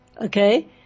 okay